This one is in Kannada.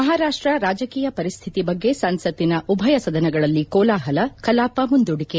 ಮಹಾರಾಪ್ವ ರಾಜಕೀಯ ಪರಿಸ್ಥಿತಿ ಬಗ್ಗೆ ಸಂಸತ್ತಿನ ಉಭಯ ಸದನಗಳಲ್ಲಿ ಕೋಲಾಹಲ ಕಲಾಪ ಮುಂದೂಡಿಕೆ